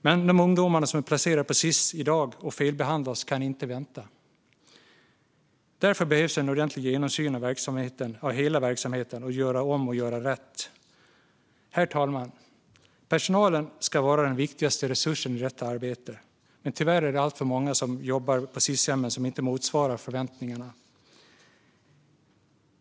Men de ungdomar som i dag är placerade på Sis-hem och felbehandlas kan inte vänta. Därför behövs en ordentlig genomsyn av hela verksamheten för att göra om och göra rätt. Herr talman! Personalen ska vara den viktigaste resursen i detta arbete, men tyvärr är det alltför många som jobbar på Sis-hemmen som inte motsvarar förväntningarna.